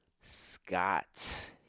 Scott